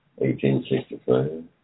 1865